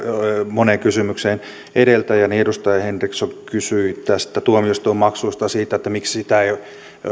moneen kysymykseen edeltäjäni edustaja henriksson kysyi tuomioistuinmaksuista ja siitä miksi